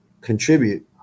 contribute